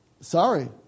sorry